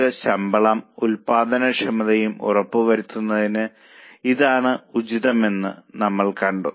ജീവനക്കാർക്ക് ശമ്പളവും ഉൽപ്പാദനക്ഷമതയും ഉറപ്പുവരുത്തുന്നതിന് ഇതാണ് ഉചിതമെന്ന് നമ്മൾ കണ്ടു